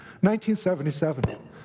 1977